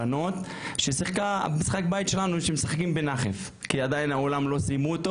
ששיחקה משחק בית בנחף כי האולם עדיין לא גמור.